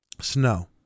snow